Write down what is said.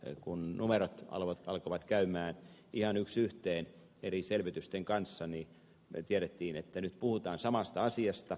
ja kun numerot alkoivat käydä ihan yksi yhteen eri selvityksissä niin me tiesimme että nyt puhutaan samasta asiasta